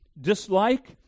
dislike